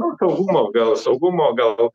nu saugumo gal saugumo gal